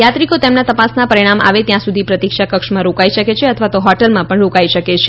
થાત્રિકો તેમના તપાસના પરિણામ આવે ત્યાં સુધી પ્રતિક્ષા કક્ષમાં રોકાઈ શકે છે અથવા તો હોટેલમાં પણ રોકાઈ શકે છે